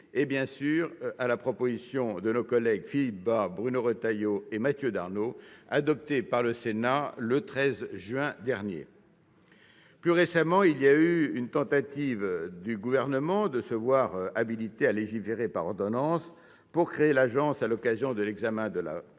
et, bien sûr, à la proposition de nos collègues Philippe Bas, Bruno Retailleau et Mathieu Darnaud, adoptée par le Sénat le 13 juin dernier. Plus récemment, il y a eu une tentative du Gouvernement de se voir habiliter à légiférer par ordonnance pour créer l'agence, à l'occasion de l'examen du projet